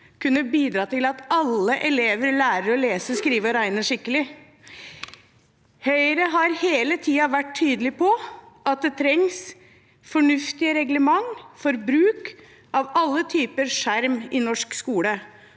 etnisk bakgrunn – at alle elever lærer å lese, skrive og regne skikkelig. Høyre har hele tiden vært tydelig på at det trengs fornuftige reglementer for bruk av alle typer skjerm i norsk skole.